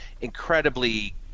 incredibly